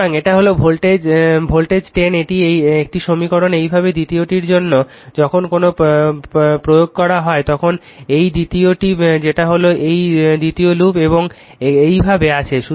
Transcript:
সুতরাং এটি হল ভোল্টেজ 10 এটি একটি সমীকরণ একইভাবে দ্বিতীয়টির জন্য যখন কোন প্রয়োগ করা হয় এখন এটি দ্বিতীয় যেটা হলো এটি দ্বিতীয় লুপ এবং এইভাবে আছে